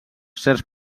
certs